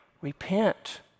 Repent